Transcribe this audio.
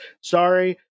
Sorry